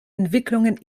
entwicklungen